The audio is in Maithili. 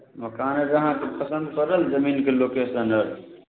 मकान आओर अहाँकेँ पसन्द पड़ल जमीनके लोकेशन आओर